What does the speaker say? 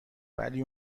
ولی